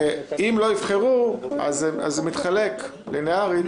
לא תהיה הסכמה או הודעה על מספר הסתייגויות כאמור,